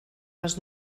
les